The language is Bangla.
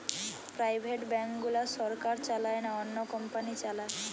প্রাইভেট ব্যাঙ্ক গুলা সরকার চালায় না, অন্য কোম্পানি চালায়